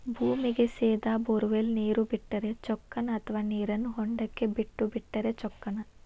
ಭೂಮಿಗೆ ಸೇದಾ ಬೊರ್ವೆಲ್ ನೇರು ಬಿಟ್ಟರೆ ಚೊಕ್ಕನ ಅಥವಾ ನೇರನ್ನು ಹೊಂಡಕ್ಕೆ ಬಿಟ್ಟು ಬಿಟ್ಟರೆ ಚೊಕ್ಕನ?